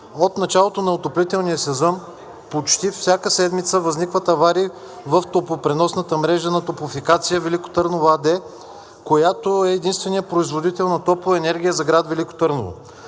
от началото на отоплителния сезон почти всяка седмица възникват аварии в топлопреносната мрежа на „Топлофикация – Велико Търново“ АД, която е единственият производител на топлоенергия за град Велико Търново.